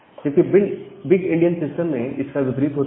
जबकि big Indian system में इसका विपरीत होता है